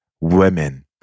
women